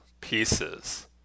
pieces